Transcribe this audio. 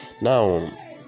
now